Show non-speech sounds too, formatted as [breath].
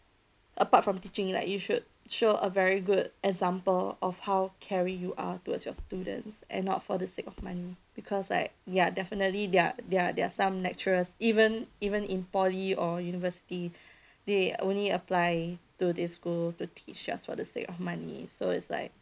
apart from teaching like you should show a very good example of how caring you are towards your students and not for the sake of money because like ya definitely there're there're there're some lecturers even even in poly or university [breath] they only apply to this school to teach just for the sake of money so it's like